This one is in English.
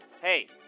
Hey